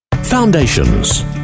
Foundations